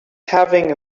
having